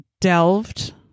delved